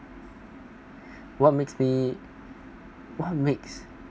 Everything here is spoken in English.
what makes me what makes